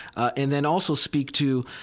and then also speak, too,